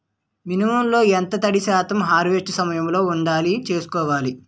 మినుములు లో ఎంత తడి శాతం హార్వెస్ట్ సమయంలో వుండేలా చుస్కోవాలి?